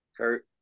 Kurt